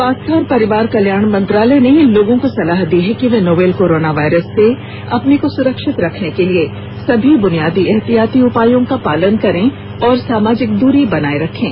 स्वास्थ्य और परिवार कल्याण मंत्रालय ने लोगों को सलाह दी है कि वे नोवल कोरोना वायरस से अपने को सुरक्षित रखने के लिए सभी बुनियादी एहतियाती उपायों का पालन करें और सामाजिक दूरी बनाए रखें